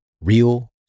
real